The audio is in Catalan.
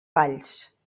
valls